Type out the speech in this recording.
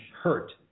Hurt